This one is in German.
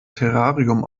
terrarium